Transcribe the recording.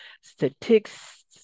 statistics